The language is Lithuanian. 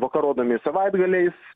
vakarodami savaitgaliais